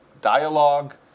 dialogue